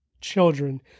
children